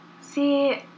See